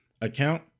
account